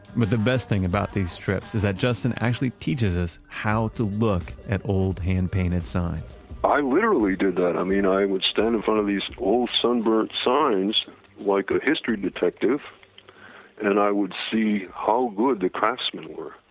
but the best thing about these trips is that justin actually teaches us how to look at old hand-painted signs i literally did that. i mean, i would stand in front of these old sunburnt signs like a history detective and i would see how good the craftsmen were